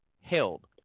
held